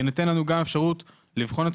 שתינתן לנו גם אפשרות- -- בוועדה.